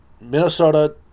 Minnesota